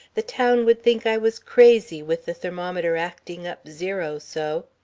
the town would think i was crazy, with the thermometer acting up zero so.